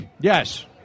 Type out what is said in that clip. Yes